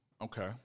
Okay